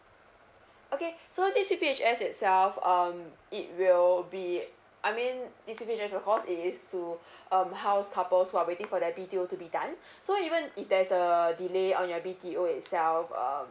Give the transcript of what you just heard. okay so this P_P_H_S itself um it will be I mean this P_P_H_S of course it is to um house couples while waiting for their B_T_O to be done so even if there's a delay on your B_T_O itself um